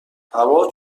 هوا